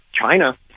China